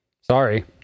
sorry